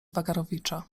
wagarowicza